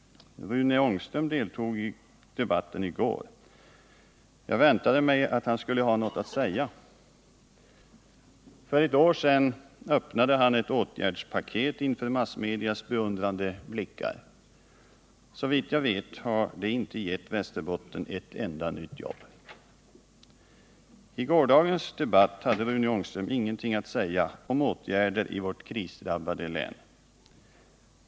Rune Ångström deltog i debatten i går. Jag väntade mig att han då skulle ha något att säga. För ett år sedan öppnade han ett åtgärdspaket inför massmedias beundrande blickar. Såvitt jag vet har detta ännu inte gett Västerbotten ett enda nytt jobb. I gårdagens debatt hade Rune Ångström ingenting att säga om åtgärder i vårt krisdrabbade län.